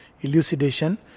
elucidation